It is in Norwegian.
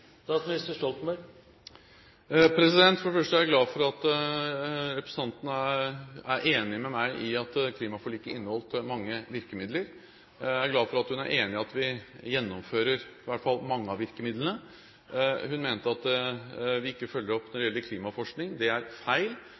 For det første er jeg glad for at representanten er enig med meg i at klimaforliket inneholdt mange virkemidler. Jeg er glad for at hun er enig i at vi gjennomfører i hvert fall mange av virkemidlene. Hun mente at vi ikke følger opp når det gjelder klimaforskning. Det er feil,